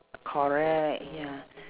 correct ya